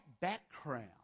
background